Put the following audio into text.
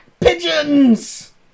pigeons